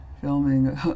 filming